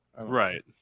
Right